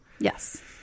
yes